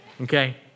okay